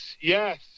Yes